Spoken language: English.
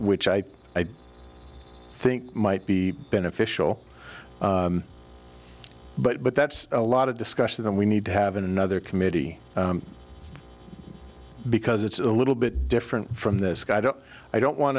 which i think might be beneficial but but that's a lot of discussion and we need to have another committee because it's a little bit different from this guy but i don't want